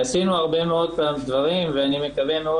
עשינו הרבה מאוד דברים ואני מקווה מאוד